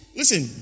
listen